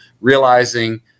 realizing